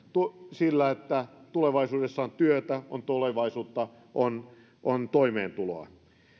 sillä että tulevaisuudessa on työtä on tulevaisuutta on on toimeentuloa